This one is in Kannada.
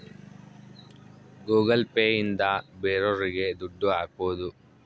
ಗೂಗಲ್ ಪೇ ಇಂದ ಬೇರೋರಿಗೆ ದುಡ್ಡು ಹಾಕ್ಬೋದು